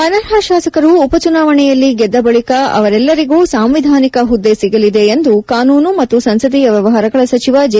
ಅನರ್ಹ ಶಾಸಕರು ಉಪ ಚುನಾವಣೆಯಲ್ಲಿ ಗೆದ್ದ ಬಳಿಕ ಅವರೆಲ್ಲರಿಗೂ ಸಾಂವಿಧಾನಿಕ ಹುದ್ದೆ ಸಿಗಲಿದೆ ಎಂದು ಕಾನೂನು ಮತ್ತು ಸಂಸದೀಯ ವ್ಯವಹಾರಗಳ ಸಚಿವ ಜೆ